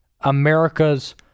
America's